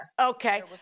Okay